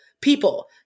People